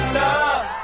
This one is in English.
love